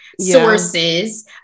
sources